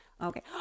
okay